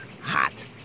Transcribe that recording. Hot